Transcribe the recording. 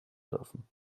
dürfen